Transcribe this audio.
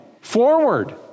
forward